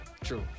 True